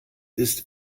ist